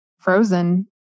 frozen